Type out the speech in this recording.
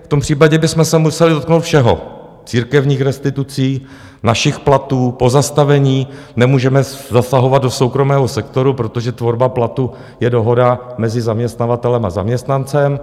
V tom případě bychom se museli dotknout všeho: církevních restitucí, našich platů, pozastavení, nemůžeme zasahovat do soukromého sektoru, protože tvorba platu je dohoda mezi zaměstnavatelem a zaměstnancem.